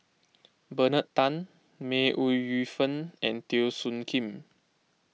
Bernard Tan May Ooi Yu Fen and Teo Soon Kim